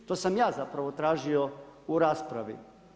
To sam ja zapravo tražio u raspravi.